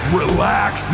relax